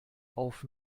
auf